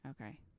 okay